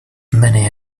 many